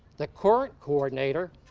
the court coordinator,